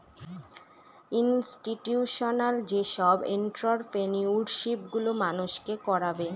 institutional যেসব entrepreneurship গুলো মানুষকে করাবে